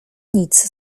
nic